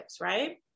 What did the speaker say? right